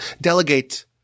Delegate